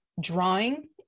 drawing